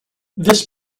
this